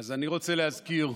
אז אני רוצה להזכיר.